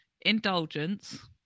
indulgence